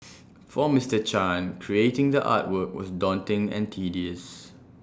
for Mister chan creating the artwork was daunting and tedious